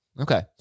Okay